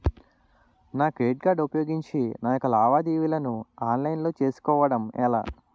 నా credit card ఉపయోగించి నా యెక్క లావాదేవీలను ఆన్లైన్ లో చేసుకోవడం ఎలా?